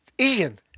ian